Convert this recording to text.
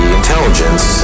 intelligence